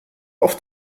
auf